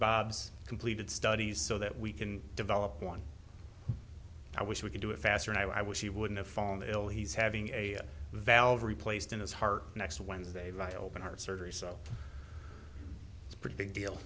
bob's completed studies so that we can develop one i wish we could do it faster and i wish he wouldn't of fallen ill he's having a valve replaced in his heart next wednesday like open heart surgery so it's pretty big deal